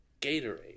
Gatorade